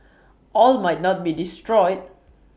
all might not be destroyed